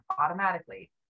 automatically